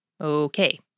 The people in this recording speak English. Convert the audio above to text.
Okay